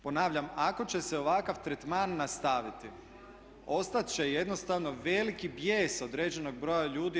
Ponavljam, ako će se ovakav tretman nastaviti ostat će jednostavno veliki bijes određenog broja ljudi.